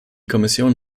kommission